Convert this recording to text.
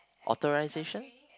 authorization